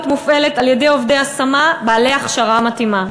מופעלת על-ידי עובדי השמה בעלי הכשרה מתאימה.